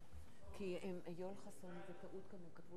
כתוב